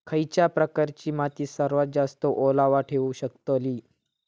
खयच्या प्रकारची माती सर्वात जास्त ओलावा ठेवू शकतली?